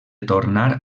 tornar